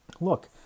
Look